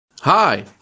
Hi